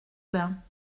bains